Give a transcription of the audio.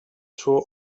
suo